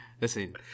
listen